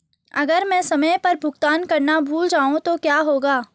अगर मैं समय पर भुगतान करना भूल जाऊं तो क्या होगा?